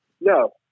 No